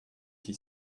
qui